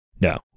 No